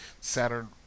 Saturn